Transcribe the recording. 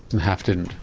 and half didn't?